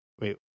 wait